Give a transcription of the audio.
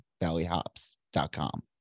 valleyhops.com